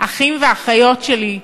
"אחים ואחיות שלי".